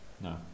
No